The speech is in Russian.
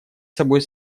собой